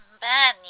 Bad